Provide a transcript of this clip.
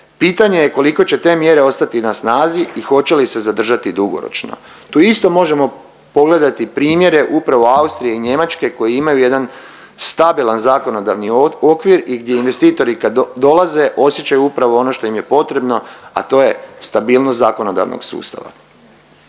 pitanje je koliko će te mjere ostati na snazi i hoće li se zadržati dugoročno. Tu isto možemo pogledati primjere upravo Austrije i Njemačke koji imaju jedan stabilan zakonodavni okvir i gdje investitori kad dolaze osjećaju upravo ono što im je potrebno, a to je stabilnost zakonodavnog sustava.